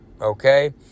okay